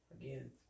again